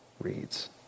reads